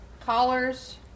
collars